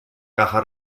caja